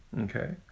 Okay